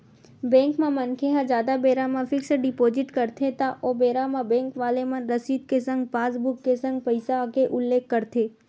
bank म मनखे ह जादा बेरा बर फिक्स डिपोजिट करथे त ओ बेरा म बेंक वाले मन रसीद के संग पासबुक के संग पइसा के उल्लेख करथे